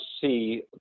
see